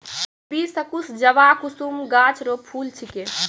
hibiscus जवाकुसुम गाछ रो फूल छिकै